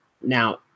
now